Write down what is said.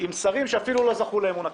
עם שרים שאפילו לא זכו לאמון הכנסת.